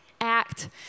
act